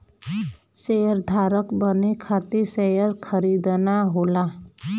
शेयरधारक बने खातिर शेयर खरीदना होला